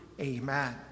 Amen